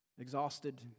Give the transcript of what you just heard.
Exhausted